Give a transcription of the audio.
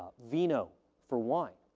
vino for wine.